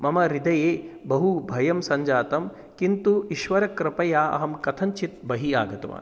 मम हृदये बहुभयं सञ्जातं किन्तु ईश्वरकृपया अहं कथञ्चित् बहिः आगतवान्